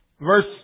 verse